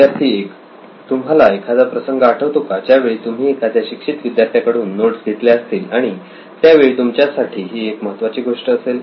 विद्यार्थी 1 तुम्हाला एखादा प्रसंग आठवतो का ज्यावेळी तुम्ही एखाद्या शिक्षित विद्यार्थ्याकडून नोट्स घेतल्या असतील आणि त्या वेळी तुमच्यासाठी ही एक महत्वाची गोष्ट असेल